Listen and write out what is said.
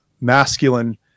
masculine